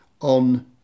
on